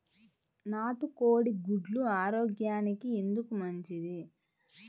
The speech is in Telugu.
నాటు కోడి గుడ్లు ఆరోగ్యానికి ఎందుకు మంచిది?